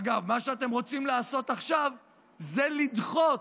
אגב, מה שאתם רוצים לעשות עכשיו זה לדחות.